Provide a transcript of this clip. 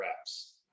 reps